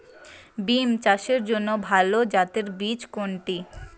বিম চাষের জন্য ভালো জাতের বীজ কোনটি?